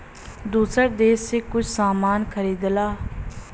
दूसर देस से कुछ सामान खरीदेला